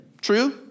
True